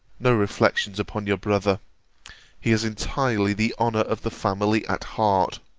no reflections upon your brother he has entirely the honour of the family at heart.